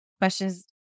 questions